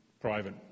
Private